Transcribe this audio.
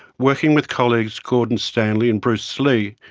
working with colleagues gordon stanley and bruce slee,